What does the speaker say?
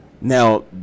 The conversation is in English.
Now